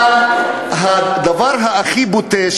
אבל הדבר הכי בוטה,